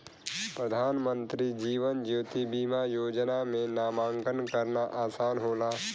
प्रधानमंत्री जीवन ज्योति बीमा योजना में नामांकन करना आसान होला